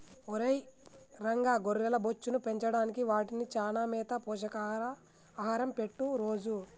ఒరై రంగ గొర్రెల బొచ్చును పెంచడానికి వాటికి చానా మేత పోషక ఆహారం పెట్టు రోజూ